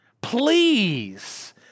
Please